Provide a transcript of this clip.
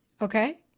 Okay